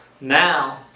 Now